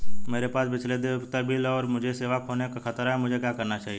मेरे पास पिछले देय उपयोगिता बिल हैं और मुझे सेवा खोने का खतरा है मुझे क्या करना चाहिए?